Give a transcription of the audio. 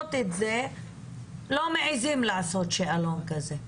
רוצות את זה, לא מעיזים לעשות שאלון כזה.